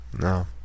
No